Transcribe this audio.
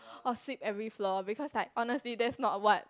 or sweep every floor because like honestly that's not what